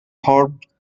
thorpe